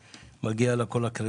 ומגיע לה כל הקרדיט.